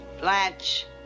Blanche